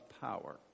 power